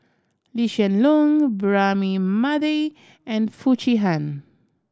Lee Hsien Loong Braema Mathi and Foo Chee Han